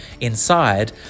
inside